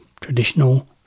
traditional